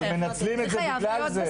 אבל מנצלים את זה בגלל זה.